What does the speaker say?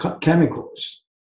chemicals